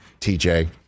TJ